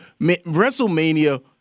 WrestleMania